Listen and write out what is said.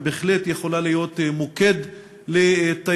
בהחלט יכולה להיות מוקד לתיירות,